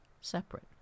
separate